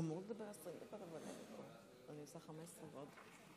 יש לך 20 דקות, אני עושה את זה 10 ו-10.